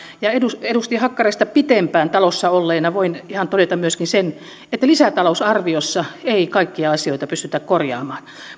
edustaja harakkaa pitempään talossa olleena voin todeta myöskin sen että lisätalousarviossa ei kaikkia asioita pystytä korjaamaan